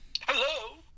Hello